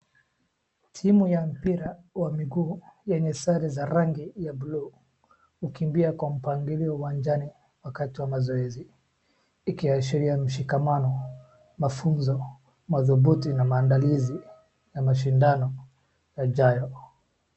Timu ya mpira wa miguu yenye sare za rangi ya bluu kukimbia kwa mpangilio uwanjani wakati wa mazoezi ikiashiria mshikamano, mafunzo, madhubutu na maandalizi ya mashindano yajayo.